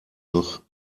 noch